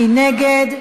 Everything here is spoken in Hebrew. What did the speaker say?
מי נגד?